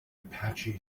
apache